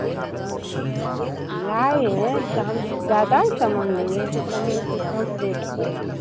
अच्छा लाए हैं तो हम ज़्यादा सामान लेंगे तो सामान का कम रेट का पड़ेगा